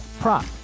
prop